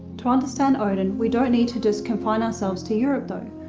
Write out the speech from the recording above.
to understand odin, we don't need to just confine ourselves to europe, though,